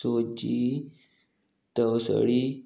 सोजी तवसळी